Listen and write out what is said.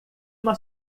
uma